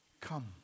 come